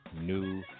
new